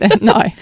no